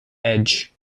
edge